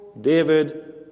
David